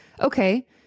Okay